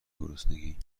گرسنگی